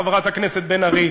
חברת הכנסת בן ארי,